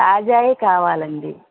తాజావే కావాలండి